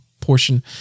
portion